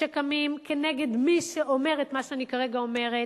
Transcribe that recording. שקמים כנגד מי שאומר את מה שאני כרגע אומרת,